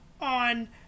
on